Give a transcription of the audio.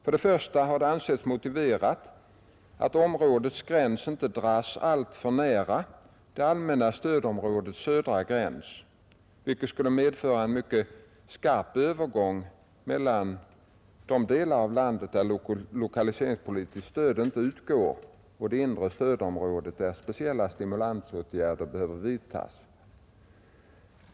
För det första har det ansetts motiverat att områdets gräns inte dras alltför nära det allmänna stödområdets södra gräns, vilket skulle medföra en mycket skarp övergång mellan de delar av landet där lokaliseringspolitiskt stöd inte utgår och det inre stödområdet där speciella stimulansåtgärder behöver vidtas.